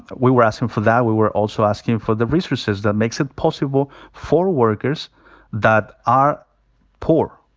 we were asking for that. we were also asking for the resources that makes it possible for workers that are poor,